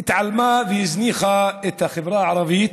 התעלמה, והזניחה את החברה הערבית,